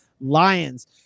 Lions